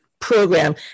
program